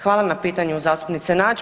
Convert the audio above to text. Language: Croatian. Hvala na pitanju zastupniče Nađ.